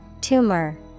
Tumor